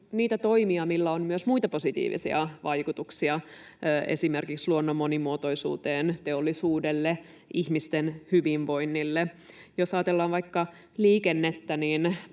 niitä toimia, millä on myös muita positiivisia vaikutuksia esimerkiksi luonnon monimuotoisuuteen, teollisuudelle, ihmisten hyvinvoinnille. Jos ajatellaan vaikka liikennettä,